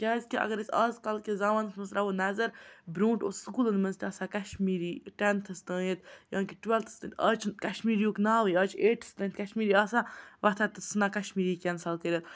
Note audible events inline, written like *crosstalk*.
کیٛازِکہِ اگر أسۍ آز کَل کِس زَمانَس منٛز ترٛاوو نَظر برٛونٛٹھ اوس سکوٗلَن مَنٛز تہِ آسان کَشمیٖری ٹٮ۪نتھَس تامَتھ یا کہِ ٹُوٮ۪لتھَس *unintelligible* آز چھِنہٕ کَشمیری یُک ناوٕے آز چھِ ایٹتھَس تام کَشمیٖری آسان وۄتھان تہٕ ژٕھان کشمیٖری کٮ۪نسَل کٔرِتھ